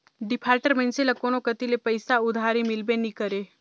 defaulter मइनसे ल कोनो कती ले पइसा उधारी मिलबे नी करे